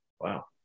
Wow